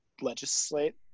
legislate